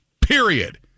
period